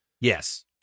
Yes